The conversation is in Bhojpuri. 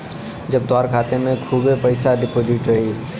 जब तोहरे खाते मे खूबे पइसा डिपोज़िट रही